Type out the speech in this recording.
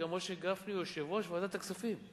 גם משה גפני הוא יושב-ראש ועדת הכספים,